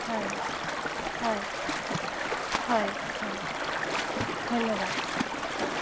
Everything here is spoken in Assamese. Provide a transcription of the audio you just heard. হয় হয় হয় হয় ঠিক আছে দিয়ক ধন্যবাদ হয়